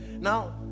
Now